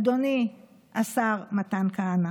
אדוני השר מתן כהנא,